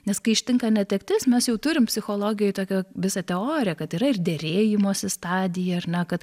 nes kai ištinka netektis mes jau turim psichologijoj tokią visą teoriją kad yra ir derėjimosi stadija ar ne kad